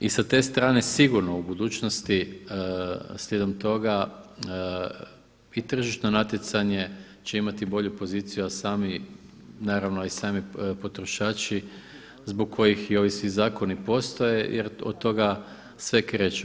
I sa te strane sigurno u budućnosti slijedom toga i tržišno natjecanje će imati bolju poziciju, a i sami potrošači zbog kojih i ovi svi zakoni postoje jer od toga sve kreće.